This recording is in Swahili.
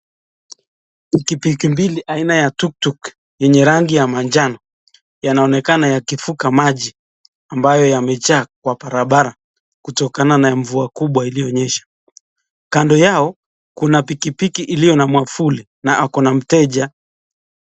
Pikipiki mbili aina ya tuktuk yenye rangi ya manjano, yanaonekana yakivuka maji ambayo yamejaa kwa barabara kutokana na mvua kubwa iliyonyesha. Kando yao kuna pikipiki iliyo na mwavuli na ako na mteja .